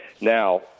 Now